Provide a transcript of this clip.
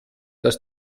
dass